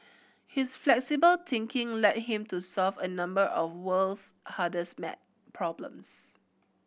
his flexible thinking led him to solve a number of world's hardest maths problems